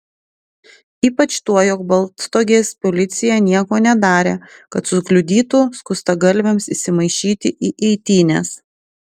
ypač tuo jog baltstogės policija nieko nedarė kad sukliudytų skustagalviams įsimaišyti į eitynes